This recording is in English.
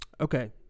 Okay